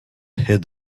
hid